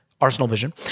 arsenalvision